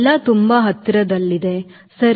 ಎಲ್ಲಾ ತುಂಬಾ ಹತ್ತಿರದಲ್ಲಿದೆ ಸರಿ